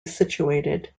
situated